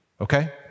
okay